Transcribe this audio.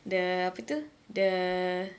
the apa tu the